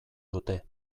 dute